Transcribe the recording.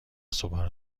صبحانه